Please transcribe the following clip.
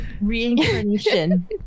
reincarnation